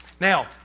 Now